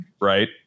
right